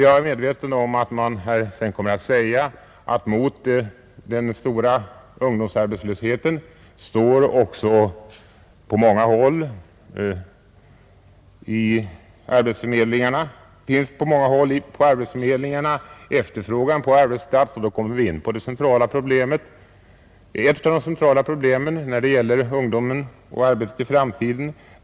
Jag är medveten om att man, när det gäller den stora ungdomsarbetslösheten, kommer att säga att det också på många håll hos arbetsförmedlingarna finns efterfrågan på arbetskraft. Då kommer vi in på ett av de centrala problemen när det gäller ungdomen och arbetet i framtiden.